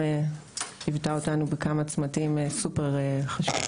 ליוותה אותנו בכמה צמתים מאוד חשובים.